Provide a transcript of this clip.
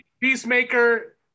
peacemaker